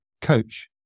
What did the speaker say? coach